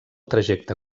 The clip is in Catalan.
trajecte